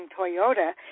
Toyota